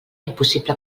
impossible